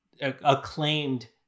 acclaimed